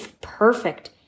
perfect